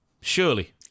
Surely